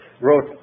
wrote